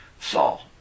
Saul